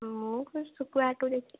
ମୁଁ ଶୁଖୁଆ ହାଟକୁ ଯାଇଥିଲି